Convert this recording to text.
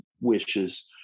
wishes